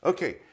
Okay